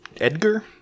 Edgar